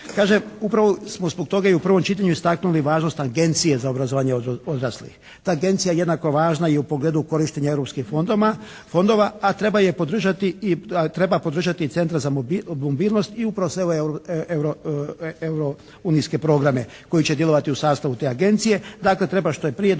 upravo smo zbog toga i u prvom čitanju istaknuli važnost agencije za obrazovanje odraslih. Ta agencija je jednako važna i u pogledu korištenja Europskih fondova, a treba podržati i Centar za mobilnost i upravo sve euro unijske programe koji će djelovati u sastavu te agencije.